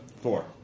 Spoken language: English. Four